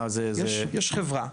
יש חברה.